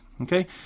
okay